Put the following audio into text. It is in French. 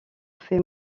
fait